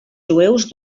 jueus